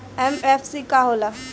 MFC का होला?